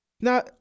Now